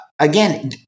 Again